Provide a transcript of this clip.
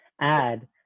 add